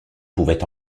pouvait